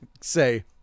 say